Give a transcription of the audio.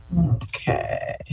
Okay